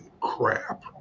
crap